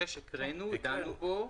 סעיף 6 הקראנו, דנו בו.